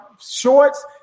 shorts